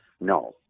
no